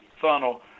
funnel